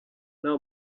nta